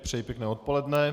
Přeji pěkné odpoledne.